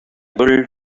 built